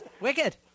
Wicked